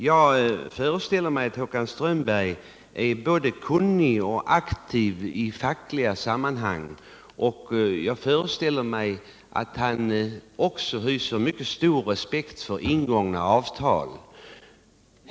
Jag föreställer mig att Håkan Strömberg är både kunnig och aktiv i fackliga sammanhang och att han också visar stor respekt för ingångna avtal.